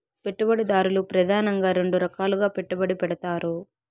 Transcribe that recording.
పెట్టుబడిదారులు ప్రెదానంగా రెండు రకాలుగా పెట్టుబడి పెడతారు